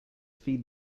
feed